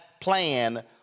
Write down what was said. plan